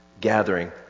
gathering